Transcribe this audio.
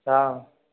हँ